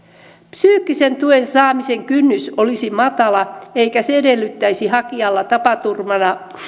psyykkisen tuen saamisen kynnys olisi matala eikä se edellyttäisi hakijalla tapaturmana